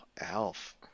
Alf